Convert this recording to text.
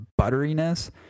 butteriness